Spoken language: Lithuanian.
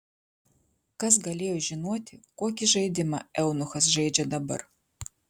kas galėjo žinoti kokį žaidimą eunuchas žaidžia dabar